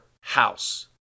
house